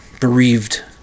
bereaved